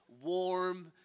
warm